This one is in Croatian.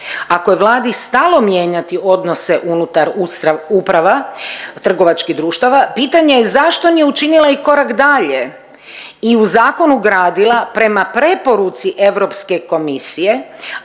Ako je Vladi stalo mijenjati odnose unutar uprava, trgovačkih društava pitanje je zašto nije učinila i korak dalje i u zakon ugradila prema preporuci Europske komisije,